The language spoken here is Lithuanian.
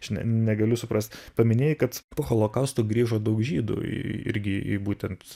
aš ne negaliu suprast paminėjai kad po holokausto grįžo daug žydų į irgi į būtent